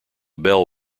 bell